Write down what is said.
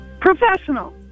Professional